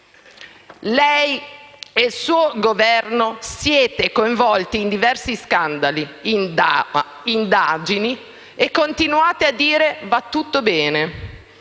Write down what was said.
Lei e il suo Governo siete coinvolti in diversi scandali e indagini e continuate a dire che va tutto bene.